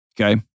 Okay